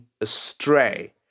astray